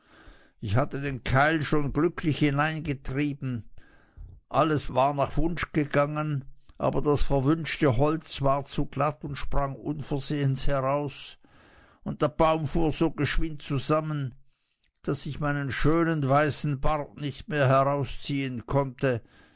ich hatte den keil schon glücklich hineingetrieben und es wäre alles nach wunsch gegangen aber das verwünschte holz war zu glatt und sprang unversehens heraus und der baum fuhr so geschwind zusammen daß ich meinen schönen weißen bart nicht mehr herausziehen konnte